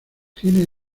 tiene